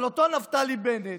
אבל אותו נפתלי בנט,